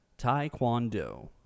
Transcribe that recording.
Taekwondo